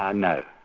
um no,